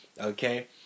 okay